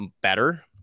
better